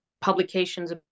publications